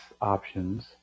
options